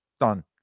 Done